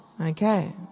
Okay